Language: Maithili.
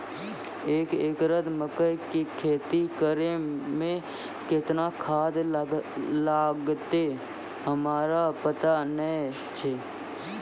एक एकरऽ मकई के खेती करै मे केतना खाद लागतै हमरा पता नैय छै?